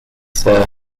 sir